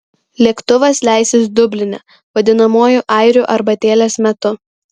lėktuvas leisis dubline vadinamuoju airių arbatėlės metu